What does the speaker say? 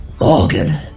Morgan